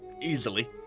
easily